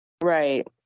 Right